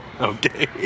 Okay